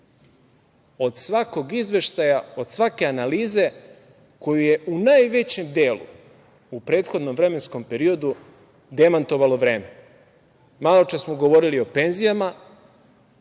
od svakog izveštaja, od svake analize koju je, u najvećem delu u prethodnom vremenskom periodu, demantovalo vreme. Maločas smo govorili o penzijama.